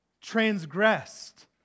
transgressed